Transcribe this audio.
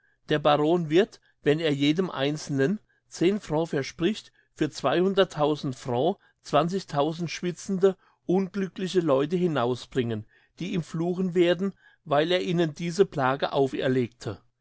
der baron wird wenn er jedem einzelnen frau verspricht für frau schwitzende unglückliche leute hinausbringen die ihm fluchen werden weil er ihnen diese plage auferlegte